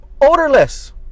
Odorless